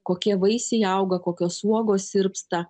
kokie vaisiai auga kokios uogos sirpsta